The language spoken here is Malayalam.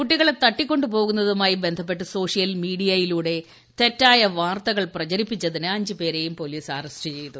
കുട്ടികളെ തട്ടിക്കൊണ്ടു പോകുന്നതുമായി ബന്ധപ്പെട്ട് സോഷ്യൽ മീഡിയയിലൂടെ തെറ്റായ വാർത്തകൾ പ്രചരിപ്പിച്ചതിന് അഞ്ചു പേരെയും പോലീല് അറസ്റ്റ് ചെയ്തു